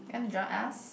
you want to join us